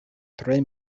tre